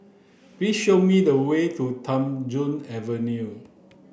please show me the way to Tham Soong Avenue